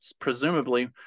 presumably